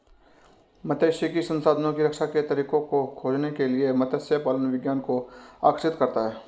मात्स्यिकी संसाधनों की रक्षा के तरीकों को खोजने के लिए मत्स्य पालन विज्ञान को आकर्षित करता है